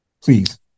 Please